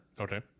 okay